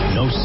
no